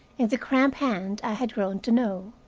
in the cramped hand i had grown to know.